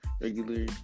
regular